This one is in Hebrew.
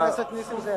חבר הכנסת נסים זאב.